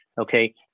okay